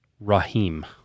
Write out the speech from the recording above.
Rahim